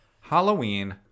Halloween